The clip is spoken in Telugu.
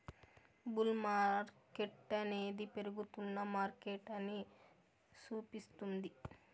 బుల్ మార్కెట్టనేది పెరుగుతున్న మార్కెటని సూపిస్తుంది